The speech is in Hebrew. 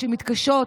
תקשיבו.